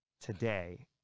today